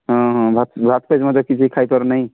ହଁ ହଁ ଭାତ ଭାତ ପେଜ ମଧ୍ୟ କିଛି ଖାଇପାରୁ ନାହିଁ